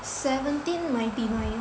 seventeen ninety nine